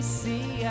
see